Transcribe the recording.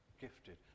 gifted